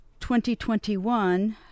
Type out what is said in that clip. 2021